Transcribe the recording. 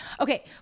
Okay